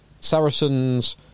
Saracens